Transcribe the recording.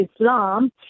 Islam